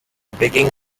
breaking